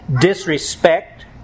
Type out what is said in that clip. disrespect